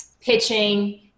pitching